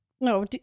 no